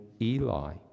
Eli